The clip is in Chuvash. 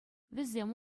вӗсем